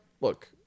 look